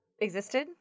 existed